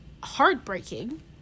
heartbreaking